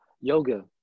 Yoga